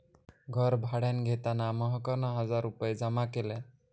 घर भाड्यान घेताना महकना हजार रुपये जमा केल्यान